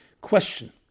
Question